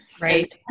Right